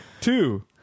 Two